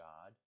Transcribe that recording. God